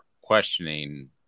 questioning